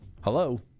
hello